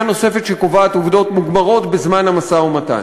נוספת שקובעת עובדות מוגמרות בזמן המשא-ומתן.